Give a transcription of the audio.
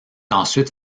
ensuite